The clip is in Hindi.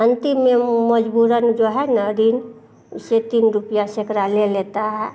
अंतिम में मजबूरन जो है ना ऋण उससे तीन रुपया सैकड़ा ले लेता है